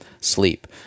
sleep